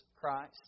Christ